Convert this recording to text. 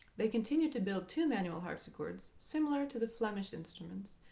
they continued to build two-manual harpsichords similar to the flemish instruments,